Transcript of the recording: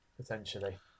potentially